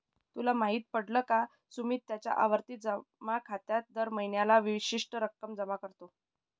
तुला माहित पडल का? सुमित त्याच्या आवर्ती जमा खात्यात दर महीन्याला विशिष्ट रक्कम जमा करतो